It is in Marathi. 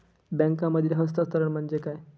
बँकांमधील हस्तांतरण म्हणजे काय?